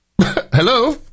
Hello